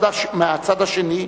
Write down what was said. מן הצד השני,